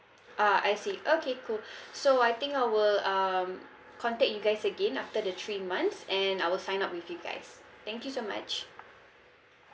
ah I see okay cool so I think I will um contact you guys again after the three months and I will sign up with you guys thank you so much